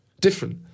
different